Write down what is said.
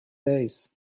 days